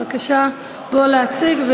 בבקשה, בוא להציג.